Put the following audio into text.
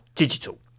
Digital